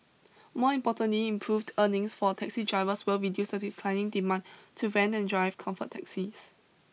more importantly improved earnings for taxi drivers will be declining demand to rent and drive Comfort taxis